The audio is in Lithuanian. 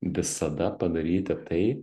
visada padaryti tai